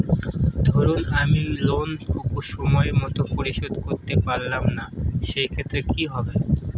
ধরুন আমি লোন টুকু সময় মত পরিশোধ করতে পারলাম না সেক্ষেত্রে কি হবে?